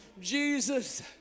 Jesus